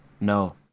No